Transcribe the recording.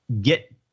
get